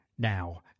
now